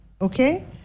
Okay